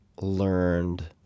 learned